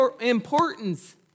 importance